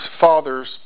father's